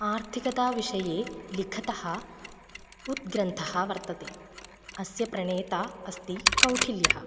आर्थिकताविषये लिखतः उद्ग्रन्थः वर्तते अस्य प्रणेता अस्ति कौटिल्यः